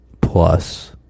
plus